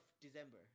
December